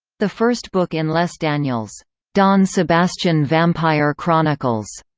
the first book in les daniels' don sebastian vampire chronicles,